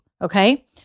okay